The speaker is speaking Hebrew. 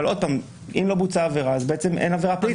אם לא בוצעה עבירה אז בעצם אין עבירה פלילית,